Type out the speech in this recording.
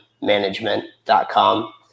management.com